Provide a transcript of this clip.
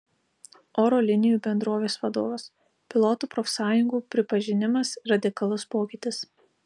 oro linijų bendrovės vadovas pilotų profsąjungų pripažinimas radikalus pokytis